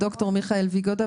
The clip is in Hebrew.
ד"ר מיכאל ויגודה,